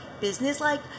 business-like